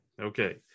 Okay